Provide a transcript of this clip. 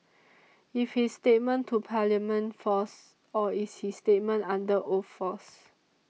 is his statement to Parliament false or is his statement under oath false